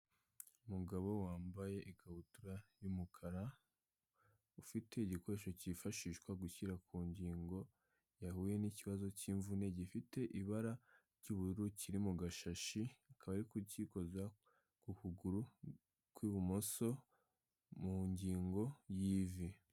Umugabo wambaye ikabutura y'umukara, ufite igikoresho cyifashishwa gushyira ku ngingo yahuye n'ikibazo cy'imvune gifite ibara ry'ubururu, kiri mu gashashi akaba ari kugikoza ku kuguru kw'ibumoso mu ngingo y'ivi.